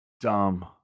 dumb